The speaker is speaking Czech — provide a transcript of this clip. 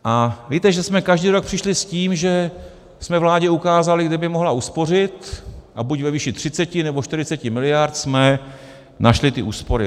A víte, že jsme každý rok přišli s tím, že jsme vládě ukázali, kde by mohla uspořit, a buď ve výši 30, nebo 40 mld. jsme našli ty úspory.